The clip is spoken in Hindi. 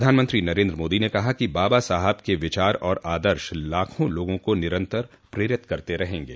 प्रधानमंत्री नरेन्द्र मोदी ने कहा कि बाबा साहब के विचार और आदर्श लाखों लोगों को निरंतर प्रेरित करते रहेंगे